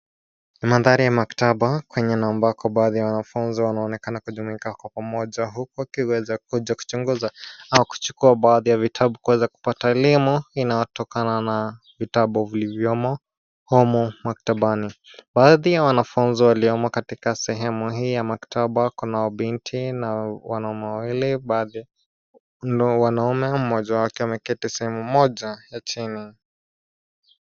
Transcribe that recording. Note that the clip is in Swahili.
Ni mandhari ya maktaba kwenye na ambako baadhi ya wanafunzi wanaonekana kujumuika kwa pamoja huko wakiweza kuja kuchunguza au kuchukua baadhi ya vitabu kuweza kupata elimu inayotokana na vitabu vilivyomo humo maktabani. Baadhi ya wanafunzi waliomo katika sehemu hii ya maktaba kunao binti na wanaume wawili baadhi ndio wanaume mmoja wake ameketi sehemu moja ya chini.